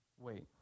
Wait